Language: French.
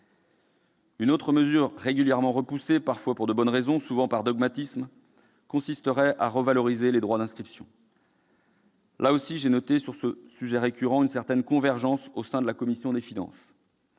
Une autre mesure régulièrement repoussée, parfois pour de bonnes raisons, souvent par dogmatisme, consisterait à revaloriser les droits d'inscription. Là aussi, j'ai noté sur ce sujet récurrent une certaine convergence au sein de la commission des finances.